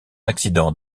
accident